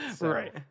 Right